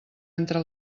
entre